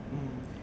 mmhmm